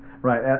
Right